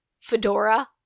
fedora